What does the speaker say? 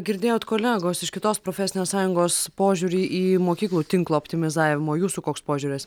girdėjot kolegos iš kitos profesinės sąjungos požiūrį į mokyklų tinklo optimizavimą jūsų koks požiūris